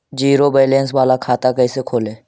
Zero balance बाला खाता कैसे खोले?